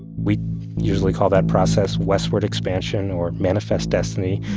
we usually call that process westward expansion or manifest destiny.